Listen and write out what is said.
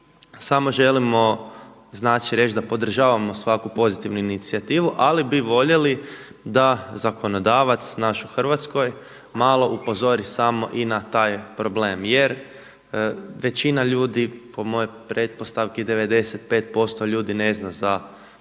samo želimo reći da podržavamo svaku pozitivnu inicijativu, ali bi voljeli da zakonodavac naš u hrvatskoj malo upozori samo i na taj problem jer većina ljudi po mojoj pretpostavki 95% ljudi ne zna za ovu